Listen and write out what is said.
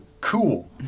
cool